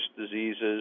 diseases